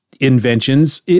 inventions